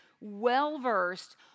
well-versed